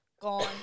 Gone